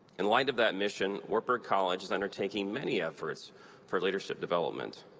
in light of that mission, wartburg college is undertaking many efforts for leadership development.